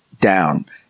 down